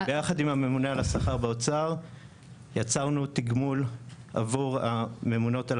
יחד עם הממונה על השכר באוצר יצרנו תגמול עבור הממונות על